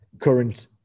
current